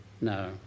no